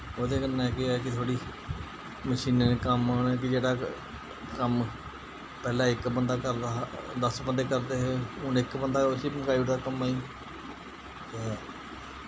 उ'दे कन्नै केह् ऐ कि थोह्ड़ी मशीनें नै कम्म कि जेह्ड़ा कम्म पैह्ले इक बंदा करदा हा दस बंदे करदे हे हू'न इक बंदा उस्सी मकाई ओड़दा कम्मे ही ते